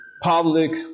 Public